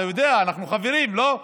אתה יודע, אנחנו חברים, לא?